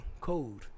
code